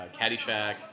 Caddyshack